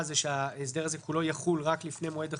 היא שההסדר הזה כולו יחול רק לפני מועד החילופים.